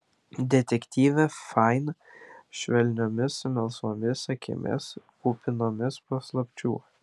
detektyvė fain švelniomis melsvomis akimis kupinomis paslapčių